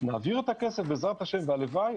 נעביר את הכסף בעזרת השם והלוואי,